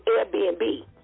Airbnb